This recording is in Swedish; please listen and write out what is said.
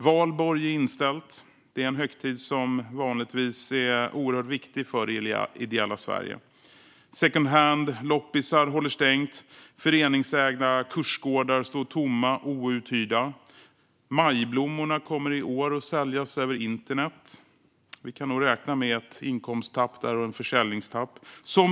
Valborg är inställt, en högtid som vanligtvis är oerhört viktig för det ideella Sverige. Secondhandbutiker och loppisar håller stängt. Föreningsägda kursgårdar står tomma och outhyrda. Majblommorna kommer i år att säljas över internet, och vi kan nog räkna med ett försäljningstapp.